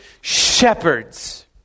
shepherds